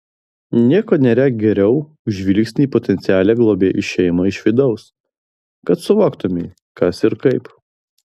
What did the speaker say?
nieko nėra geriau už žvilgsnį į potencialią globėjų šeimą iš vidaus kad suvoktumei kas ir kaip